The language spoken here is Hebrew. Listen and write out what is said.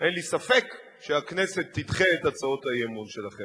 אין לי ספק שהכנסת תדחה את הצעות האי-אמון שלכם.